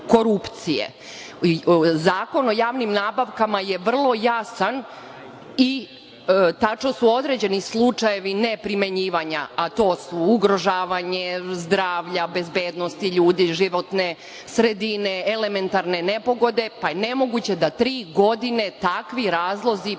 korupcije. Zakon o javnim nabavkama je vrlo jasan i tačno su određeni slučajevi neprimenjivanja, a to su ugrožavanje zdravlja, bezbednosti ljudi, životne sredine, elementarne nepogode, pa je nemoguće da tri godine takvi razlozi postoje,